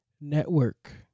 Network